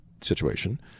situation